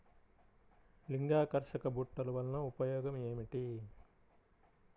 లింగాకర్షక బుట్టలు వలన ఉపయోగం ఏమిటి?